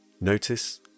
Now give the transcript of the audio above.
Notice